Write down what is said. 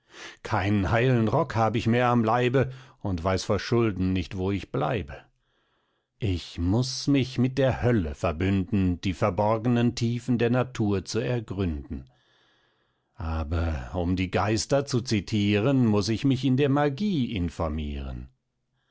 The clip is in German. keinen heilen rock hab ich mehr am leibe und weiß vor schulden nicht wo ich bleibe ich muß mich mit der hölle verbünden die verborgenen tiefen der natur zu ergründen aber um die geister zu citieren muß ich mich in der magie informieren